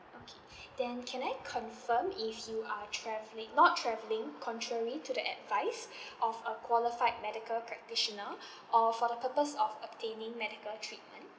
okay then can I confirm if you are travelling not travelling contrary to the advice of a qualified medical practitioner or for the purpose of obtaining medical treatment